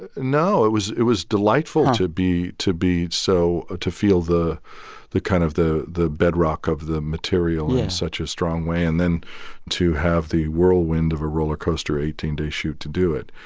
you know it was it was delightful to be to be so to feel the the kind of the the bedrock of the material. yeah. in such a strong way and then to have the whirlwind of a rollercoaster eighteen day shoot to do it.